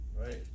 right